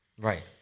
Right